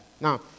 Now